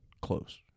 close